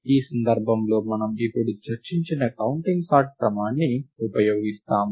ఈ సందర్భంలో మనము ఇప్పుడు చర్చించిన కౌంటింగ్ సార్ట్ క్రమాన్ని ఉపయోగిస్తాము